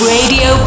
Radio